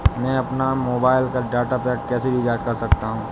मैं अपने मोबाइल का डाटा पैक कैसे रीचार्ज कर सकता हूँ?